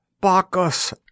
Bacchus